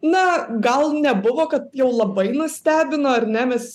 na gal nebuvo kad jau labai nustebino ar ne mes